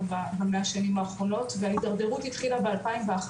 במאה שנים האחרונות וההתדרדרות התחילה ב-2011,